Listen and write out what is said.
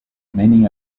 many